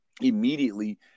immediately